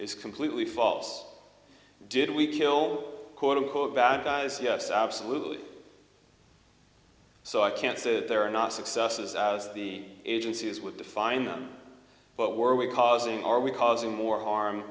is completely false did we kill quote unquote bad guys yes absolutely so i can't say that there are not successes as the agencies would define them but were we causing are we causing more harm